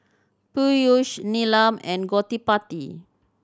Peyush Neelam and Gottipati